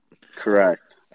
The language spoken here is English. Correct